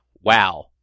wow